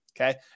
okay